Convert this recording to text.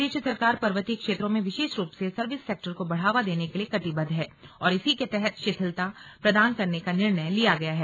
प्रदेश सरकार पर्वतीय क्षेत्रों में विशेष रूप से सर्विस सेक्टर को बढ़ावा देने के लिए कटिबद्ध है और इसी के तहत शिथिलता प्रदान करने का निर्णय लिया गया है